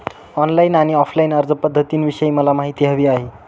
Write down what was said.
online आणि offline अर्जपध्दतींविषयी मला माहिती हवी आहे